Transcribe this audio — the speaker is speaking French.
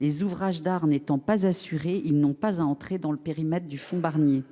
Les ouvrages d’art n’étant pas assurés, ils n’ont pas à entrer dans le périmètre du fonds Barnier.